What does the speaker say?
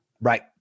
Right